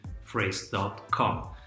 phrase.com